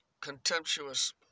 contemptuous